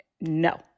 no